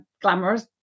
glamorous